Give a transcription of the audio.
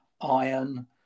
iron